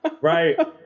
Right